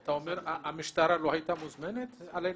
אתה אומר, המשטרה לא הייתה מוזמנת על ידכם?